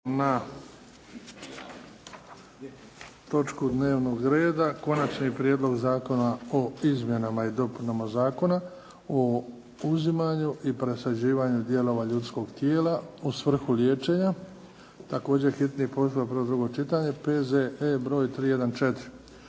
(HDZ)** Prelazimo na Konačni prijedlog zakona o izmjenama i dopunama Zakona o uzimanju i presađivanju dijelova ljudskog tijela u svrhu liječenja. Bio je hitni postupak, P.Z.E. br. 314.